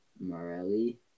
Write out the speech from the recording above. Morelli